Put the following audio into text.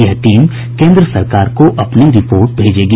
यह टीम केन्द्र सरकार को अपनी रिपोर्ट भेजेगी